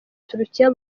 turukiya